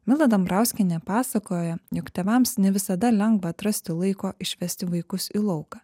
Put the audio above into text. milda dambrauskienė pasakojo jog tėvams ne visada lengva atrasti laiko išvesti vaikus į lauką